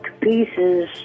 pieces